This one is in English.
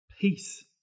peace